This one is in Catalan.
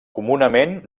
comunament